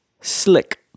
slick